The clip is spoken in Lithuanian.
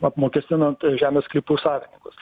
apmokestinant žemės sklypų savininkus